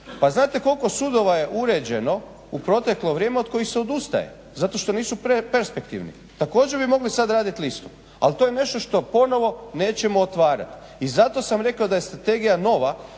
Pa znate kolko sudova je uređeno u proteklo vrijeme od kojih se odustaje zato što nisu perspektivni. Također bi mogli sad radit listu. Ali to je nešto što ponovo nećemo otvarati. I zato sam rekao da je strategija nova,